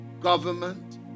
government